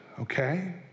Okay